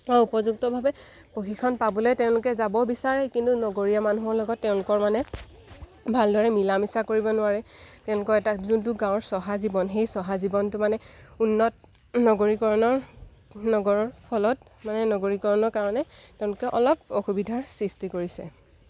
আৰু উপযুক্তভাৱে প্ৰশিক্ষণ পাবলৈ তেওঁলোকে যাব বিচাৰে কিন্তু নগৰীয়া মানুহৰ লগত তেওঁলোকৰ মানে ভালদৰে মিলা মিছা কৰিব নোৱাৰে তেওঁলোকৰ এটা যোনটো গাঁৱৰ চহা জীৱন সেই চহা জীৱনটো মানে উন্নত নগৰীকৰণৰ নগৰৰ ফলত মানে নগৰীকৰণৰ কাৰণে তেওঁলোকে অলপ অসুবিধাৰ সৃষ্টি কৰিছে